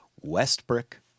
Westbrook